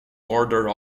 order